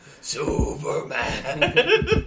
Superman